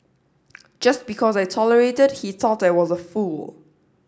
just because I tolerated he thought I was a fool